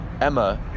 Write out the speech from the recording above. Emma